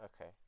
Okay